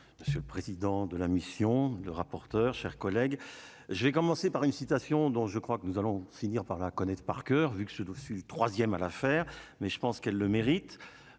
monsieur le président de la mission de rapporteur, chers collègues, je vais commencer par une citation dont je crois que nous allons finir par la connaître par coeur, vu que ce dossier, le troisième à l'affaire, mais je pense qu'elle le mérite,